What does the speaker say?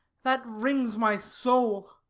that wrings my soul.